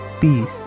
peace